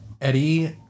Eddie